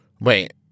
Wait